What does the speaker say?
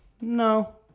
No